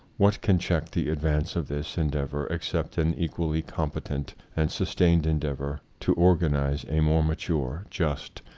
what can check the advance of this endeavor except an equally com petent and sustained endeavor to or ganize a more mature, just,